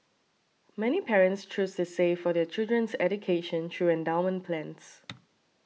many parents choose to save for their children's education through endowment plans